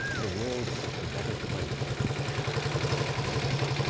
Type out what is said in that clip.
the world is a better place in which to live.